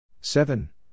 seven